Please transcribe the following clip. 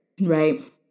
right